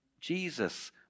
Jesus